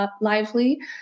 lively